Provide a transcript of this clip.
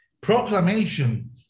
Proclamation